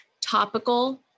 topical